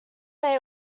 may